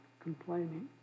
complaining